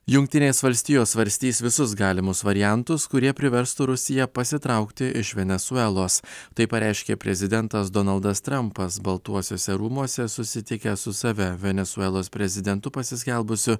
jungtinės valstijos svarstys visus galimus variantus kurie priverstų rusiją pasitraukti iš venesuelos tai pareiškė prezidentas donaldas trampas baltuosiuose rūmuose susitikęs su save venesuelos prezidentu pasiskelbusiu